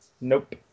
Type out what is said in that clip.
nope